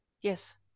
Yes